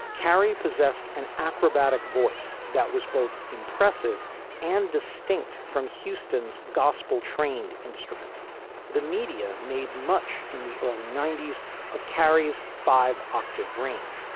carey possessed an acrobatic voice that was both impressive and distinct from houston's gospel trained instrument the media made much in the early ninety s of carrie's five octave range,